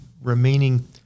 remaining